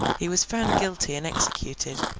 he was found guilty and executed,